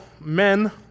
men